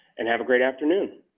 and have a great afternoon.